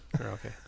Okay